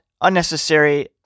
unnecessary